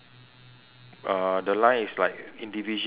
uh the line is like individual bricks